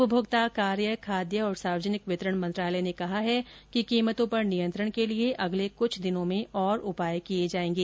उपमोक्ता कार्य खाद्य और सार्वजनिक वितरण मंत्रालय ने कहा है कि कीमतों पर नियंत्रण के लिए अगले कूछ दिनों में और उपाय किए जाएंगे